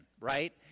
right